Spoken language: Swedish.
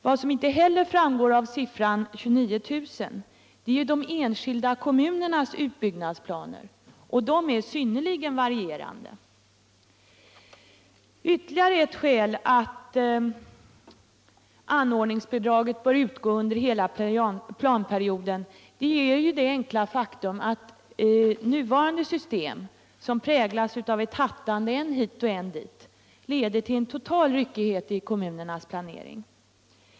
Vad som inte heller framgår av totalsiffran 29 000 är de enskilda kommunernas utbyggnadsplaner, och de är synnerligen varierande. Ytterligare ett skäl till att anordningsbidraget bör utgå under hela planperioden är det enkla faktum att nuvarande system, som präglas av ett hattande hit och dit, leder till en total ryckighet i kommunernas planering.